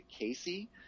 Casey –